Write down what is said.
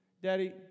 Daddy